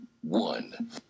one